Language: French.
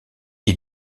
est